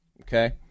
Okay